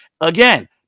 Again